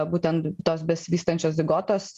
būtent tos besivystančios zigotos